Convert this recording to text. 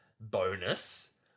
bonus